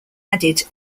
added